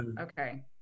okay